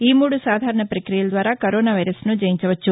ఈ మూడు సాధారణ పక్రియల ద్వారా కరోనా వైరస్ను జయించవచ్చు